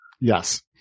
Yes